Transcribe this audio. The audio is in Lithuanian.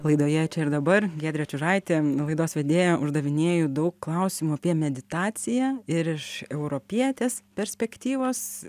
laidoje čia ir dabar giedrė čiužaitė laidos vedėja uždavinėju daug klausimų apie meditaciją ir iš europietės perspektyvos